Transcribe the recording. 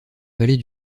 vallée